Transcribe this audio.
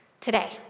today